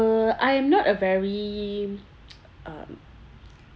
uh I am not a very um